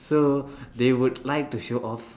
so they would like to show off